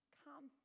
come